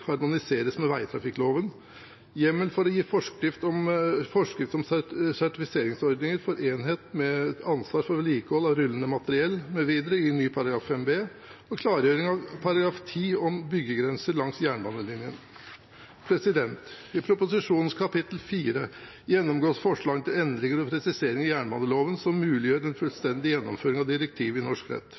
harmoniseres med vegtrafikkloven hjemmel for å gi forskrifter om sertifiseringsordninger for enhet med ansvar for vedlikehold av rullende materiell mv. i ny § 5 b klargjøring av § 10 om byggegrenser langs jernbanen I proposisjonens kapittel 4 gjennomgås forslagene til endringer og presiseringer i jernbaneloven som muliggjør en fullstendig gjennomføring av direktivet i norsk rett.